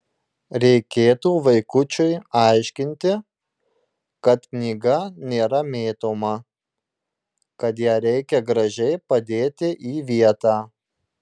reikėtų vaikučiui aiškinti kad knyga nėra mėtoma kad ją reikia gražiai padėti į vietą